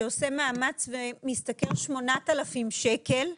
שקל מחזיר 10,000 שקלים לחודש.